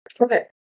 Okay